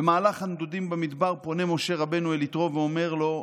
במהלך הנדודים במדבר פונה משה רבנו אל יתרו ואומר לו: